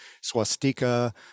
Swastika